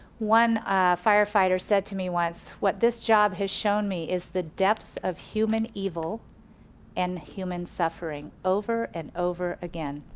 one firefighter said to me once what this job has shown me is the depths of human evil and human suffering. over and over again.